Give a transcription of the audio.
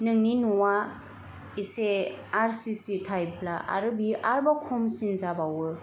नोंनि न'वा एसे आर सि सि टाइपब्ला आरो बियो आरोबाव खमसिन जाबावो